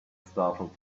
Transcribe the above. startled